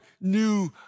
new